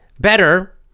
better